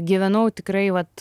gyvenau tikrai vat